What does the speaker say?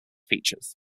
features